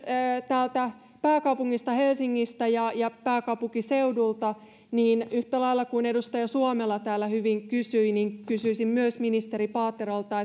täältä pääkaupungista helsingistä ja ja pääkaupunkiseudulta niin yhtä lailla kuin edustaja suomela täällä hyvin kysyi niin kysyisin myös ministeri paaterolta